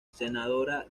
senadora